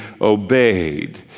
obeyed